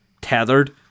tethered